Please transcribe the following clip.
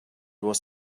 was